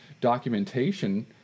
documentation